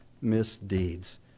misdeeds